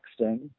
texting